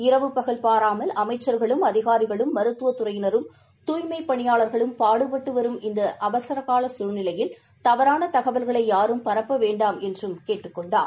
இரவு பகல் பாராமல் அமைச்சா்களும் அதிகாரிகளும் மருத்துவத் துறையினரும் தூய்மை பணியாளர்களும் பாடுபட்டு வரும் இந்த அவசரகால சூழ்நிலையில் தவறான தகவல்களை யாரும் பரப்ப வேண்டாம் என்றும் கேட்டுக் கொண்டார்